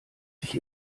sich